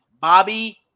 Bobby